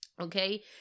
okay